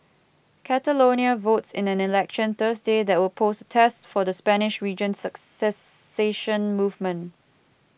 catalonia votes in an election Thursday that will pose a test for the Spanish region's secession movement